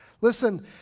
Listen